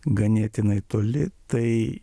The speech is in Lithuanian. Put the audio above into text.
ganėtinai toli tai